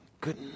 Good